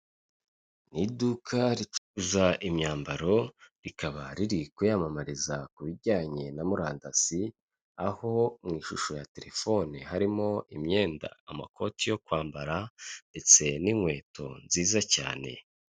Ni iduka ricuruza imyambaro rikaba riri kwiyamamariza ku bijyanye na murandasi, aho mu ishusho ya telefone harimo imyenda amakoti yo kwambara ndetse n'inkweto nziza cyane.